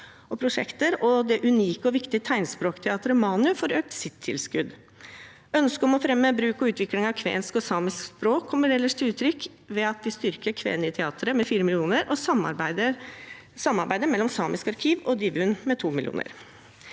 og prosjekter, og det unike og viktige tegnspråkteateret Teater Manu får økt sitt tilskudd. Ønsket om å fremme bruk og utvikling av kvensk og samisk språk kommer ellers til uttrykk ved at vi styrker Kvääniteatteri med 4 mill. kr og samarbeidet mellom samisk arkiv og Divvun med 2 mill. kr.